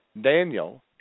Daniel